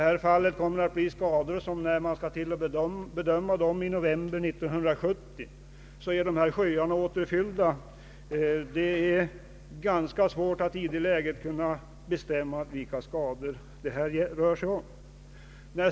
När man skall bedöma skadorna i november 1970 kommer dessa sjöar att vara återfyllda. Det blir då ganska svårt att i det läget kunna bestämma vilka skador det rör sig om.